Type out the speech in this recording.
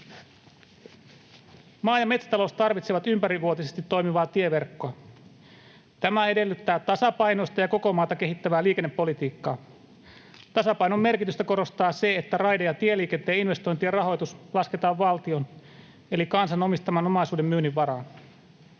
Maa- ja metsätalous tarvitsee ympärivuotisesti toimivaa tieverkkoa. Tämä edellyttää tasapainoista ja koko maata kehittävää liikennepolitiikkaa. Tasapainon merkitystä korostaa se, että raide- ja tieliikenteen investointien rahoitus lasketaan valtion eli kansan omistaman omaisuuden myynnin varaan.